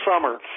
summer